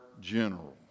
general